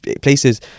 places